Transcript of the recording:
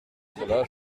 cela